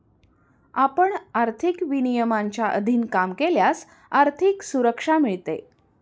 आपण आर्थिक विनियमांच्या अधीन काम केल्यास आर्थिक सुरक्षा मिळते